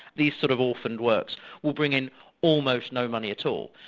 these sort of orphaned works will bring in almost no money at all,